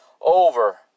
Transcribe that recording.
over